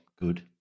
good